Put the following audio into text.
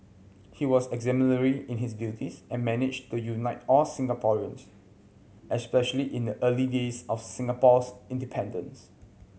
he was exemplary in his duties and managed to unite all Singaporeans especially in the early days of Singapore's independence